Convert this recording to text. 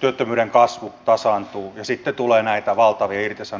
työttömyyden kasvu tasaantuu niin sitten tulee näitä valta viritys on